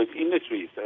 industries